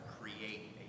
create